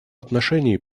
отношении